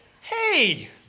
Hey